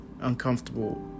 uncomfortable